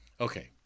Okay